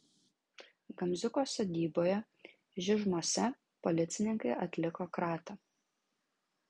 gamziuko sodyboje žižmuose policininkai atliko kratą